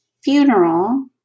funeral